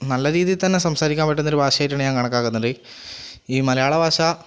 നല്ല രീതിയിൽ തന്നെ സംസാരിക്കാൻ പറ്റുന്ന ഒരു ഭാഷയായിട്ടാണ് ഞാൻ കണക്കാക്കുന്നത് ഈ മലയാള ഭാഷ